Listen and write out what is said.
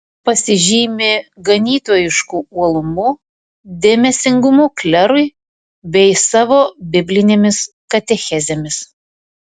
pasižymi ganytojišku uolumu dėmesingumu klerui bei savo biblinėmis katechezėmis